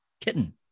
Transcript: kitten